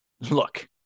Look